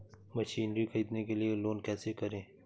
Machinery ख़रीदने के लिए लोन कैसे करें?